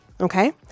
Okay